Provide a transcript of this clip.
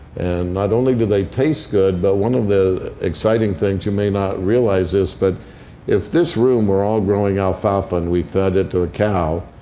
and not only do they taste good, but one of the exciting things you may not realize is but if this room were all growing alfalfa, and we fed it to a cow,